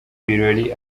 birori